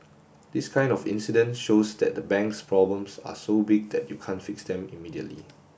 this kind of incident shows that the bank's problems are so big that you can't fix them immediately